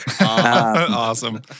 Awesome